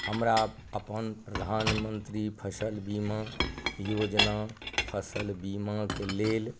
हमरा अपन प्रधानमन्त्री फसिल बीमा योजना फसिल बीमाके लेल